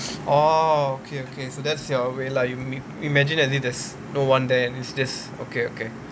orh okay okay so that's your way lah you imagine as if there's no one there and it's just okay okay